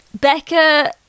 Becca